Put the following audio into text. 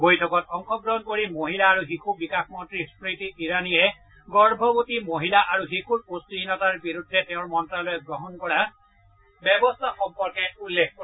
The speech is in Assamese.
বৈঠকত অংশগ্ৰহণ কৰি মহিলা আৰু শিশু বিকাশ মন্ত্ৰী স্মৃতি ইৰানীয়ে গৰ্ভৱতী মহিলা আৰু শিশুৰ পুষ্টিহীনতাৰ বিৰুদ্ধে তেওঁৰ মন্ত্ৰ্যালয়ে গ্ৰহণ কৰা ব্যৱস্থা সম্পৰ্কে উল্লেখ কৰে